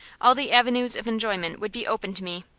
all the avenues of enjoyment would be open to me.